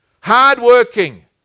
hardworking